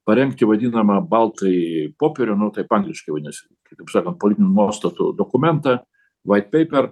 parengti vadinamą baltąjį popierių nu taip angliškai vadinas taip sakant politinių nuostatų dokumentą vait peiper